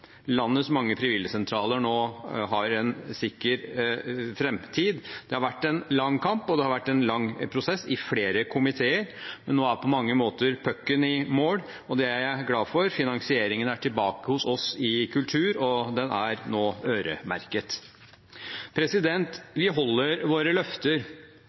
landets mange frivillighetssentraler nå har en sikker framtid. Det har vært en lang kamp, og det har vært en lang prosess, i flere komiteer, men nå er på mange måter pucken i mål, og det er jeg glad for. Finansieringen er tilbake hos oss i kultur, og den er nå øremerket. Vi holder våre løfter.